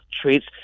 treats